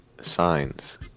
signs